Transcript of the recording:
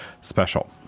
special